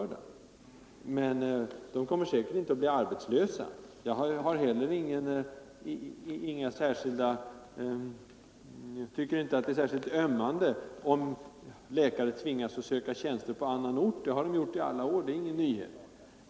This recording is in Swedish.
Onsdagen den De kommer säkert inte att bli arbetslösa. Jag tycker inte heller att det 13 november 1974 är särskilt ömmande om läkare tvingas att söka tjänster på annan ort. Det har de gjort i alla år; det är ingen nyhet.